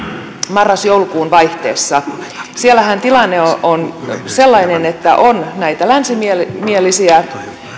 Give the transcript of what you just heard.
marras joulukuun vaihteessa siellähän tilanne on sellainen että on näitä länsimielisiä